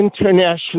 international